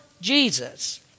Jesus